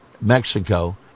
Mexico